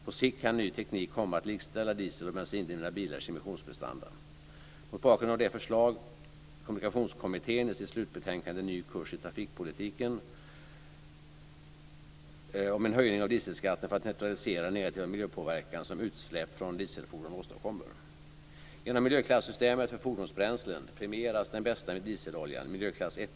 På sikt kan ny teknik komma att likställa diesel och bensindrivna bilars emissionsprestanda.